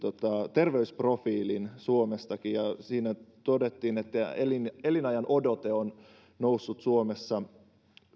terveysprofiilin suomestakin ja siinä todettiin että elinajanodote on suomessa